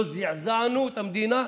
לא זעזענו את המדינה,